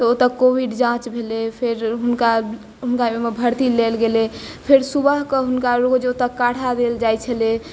तऽ ओतय कोविड जाँच भेलै फेर हुनका हुनका ओहिमे भर्ती लेल गेलै फेर सुबहके हुनका रोज ओतय काढ़ा देल जाइत छलै